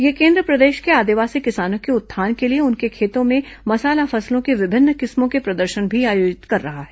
यह केन्द्र प्रदेश के आदिवासी किसानों के उत्थान के लिए उनके खेतों में मसाला फसलों की विभिन्न किस्मों के प्रदर्शन भी आयोजित कर रहा है